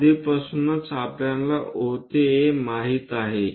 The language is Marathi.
आधीपासूनच आपल्याला O ते A माहित आहे